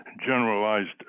generalized